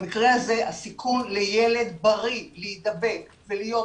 במקרה הזה הסיכון לילד בריא להידבק ולהיות